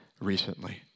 recently